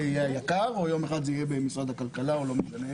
יהיה היק"ר או יום אחד זה יהיה במשרד הכלכלה את